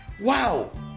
wow